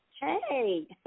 Hey